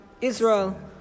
Israel